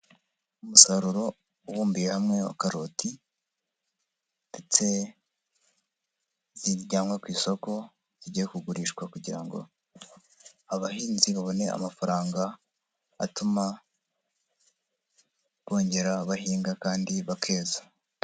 Umusaruro ubumbiye hamwe wa karoti ndetse zijyanwe ku isoko, zigiye kugurishwa kugira ngo abahinzi babone amafaranga, atuma bongera bahinga kandi bakeza.